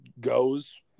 goes